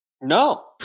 No